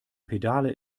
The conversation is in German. pedale